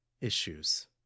issues